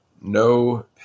no